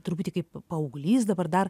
truputį kaip paauglys dabar dar